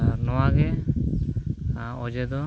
ᱟᱨ ᱱᱚᱣᱟᱜᱮ ᱚᱡᱮ ᱫᱚ